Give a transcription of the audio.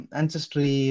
ancestry